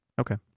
Okay